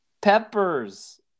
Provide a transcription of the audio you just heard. peppers